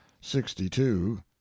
sixty-two